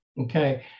Okay